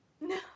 no